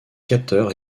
capteurs